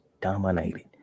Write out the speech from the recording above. dominated